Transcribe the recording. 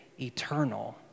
eternal